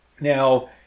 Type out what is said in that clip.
Now